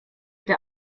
der